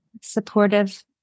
supportive